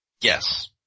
Yes